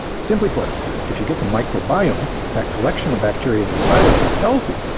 simply put if you get the microbiome that collection of bacteria inside of you healthy,